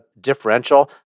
differential